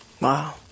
Wow